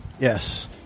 Yes